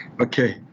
Okay